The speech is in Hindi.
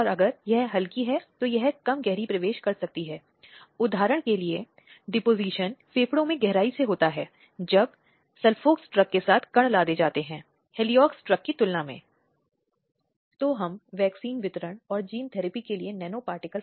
यह यह अपराध है आम तौर पर माना जाता है बुनियादी मानवाधिकारों के खिलाफ एक अपराध और पीड़ितों के उल्लंघन के मौलिक अधिकारों के सबसे पोषित अर्थात् जीवन का अधिकार जिसे हमने भारतीय संविधान के अनुच्छेद 21 में पढ़ा है